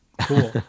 Cool